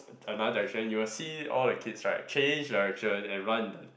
another direction you will see all the kids right change direction and run in the